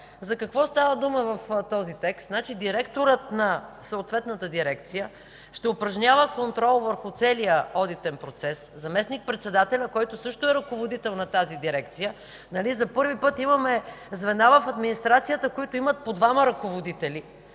За какво става дума в този текст? Директорът на съответната дирекция ще упражнява контрол върху целия одитен процес, заместник-председателят, който също е ръководител на тази дирекция – за първи път имаме звена в администрацията, които имат по двама ръководители,